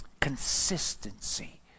Consistency